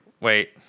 Wait